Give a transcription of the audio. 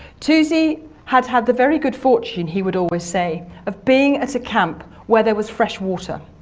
toosey had had the very good fortune, he would always say, of being at a camp where there was fresh water.